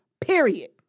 period